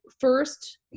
first